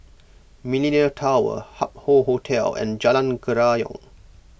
Millenia Tower Hup Hoe Hotel and Jalan Kerayong